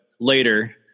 later